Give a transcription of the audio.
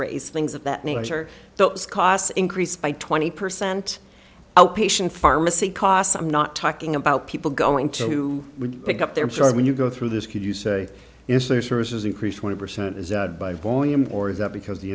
rays things of that nature those costs increased by twenty percent outpatient pharmacy costs i'm not talking about people going to pick up their insurance when you go through this could you say is their services increased twenty percent is that by volume or is that because